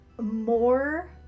more